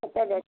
କେତେ ରେଟ୍